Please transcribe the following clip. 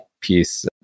piece